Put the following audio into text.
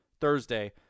Thursday